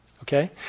okay